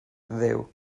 dduw